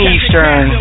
Eastern